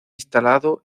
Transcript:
instalado